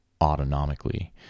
autonomically